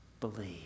Believe